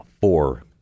four